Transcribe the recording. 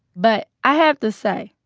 but i have to say,